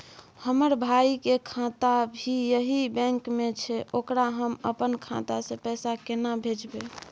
हमर भाई के खाता भी यही बैंक में छै ओकरा हम अपन खाता से पैसा केना भेजबै?